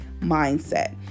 mindset